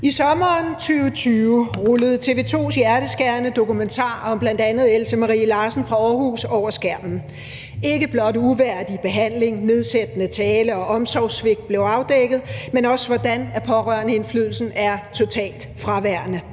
I sommeren 2020 rullede TV 2's hjerteskærende dokumentar om bl.a. Else Marie Larsen fra Aarhus over skærmen. Ikke blot uværdig behandling, nedsættende tale og omsorgssvigt blev afdækket, men også hvordan pårørendeindflydelsen er totalt fraværende.